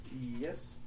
Yes